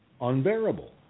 unbearable